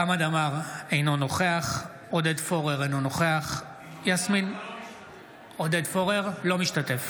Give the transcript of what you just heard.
חמד עמאר, אינו נוכח עודד פורר, אינו משתתף